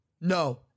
no